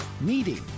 meeting